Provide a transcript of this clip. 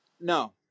No